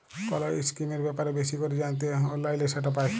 call ইসকিমের ব্যাপারে বেশি ক্যরে জ্যানতে অললাইলে সেট পায়